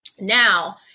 Now